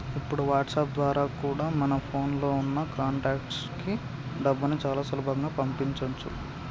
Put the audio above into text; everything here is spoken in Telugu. ఇప్పుడు వాట్సాప్ ద్వారా కూడా మన ఫోన్ లో ఉన్న కాంటాక్ట్స్ కి డబ్బుని చాలా సులభంగా పంపించొచ్చు